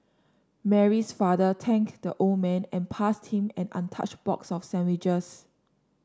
Mary's father thanked the old man and passed him an untouched box of sandwiches